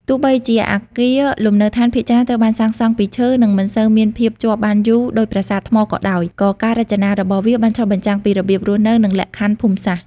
ទោះបីជាអគារលំនៅឋានភាគច្រើនត្រូវបានសាងសង់ពីឈើ និងមិនសូវមានភាពជាប់បានយូរដូចប្រាសាទថ្មក៏ដោយ ក៏ការរចនារបស់វាបានឆ្លុះបញ្ចាំងពីរបៀបរស់នៅ និងលក្ខខណ្ឌភូមិសាស្ត្រ។